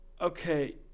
okay